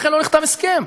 ולכן לא נחתם הסכם.